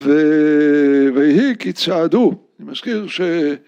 ‫והיא כיצד הוא. ‫אני מזכיר ש...